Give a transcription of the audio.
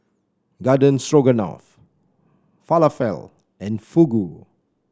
Garden Stroganoff Falafel and Fugu